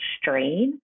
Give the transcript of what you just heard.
strain